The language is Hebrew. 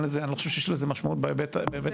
אני לא חושב שיש לזה משמעות בהיבט האשראי.